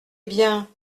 bien